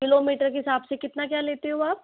kilometre के हिसाब से कितना क्या लेते हो आप